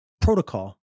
protocol